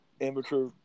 amateur